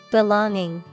Belonging